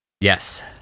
Yes